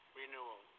renewal